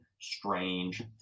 strange